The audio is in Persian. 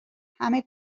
همه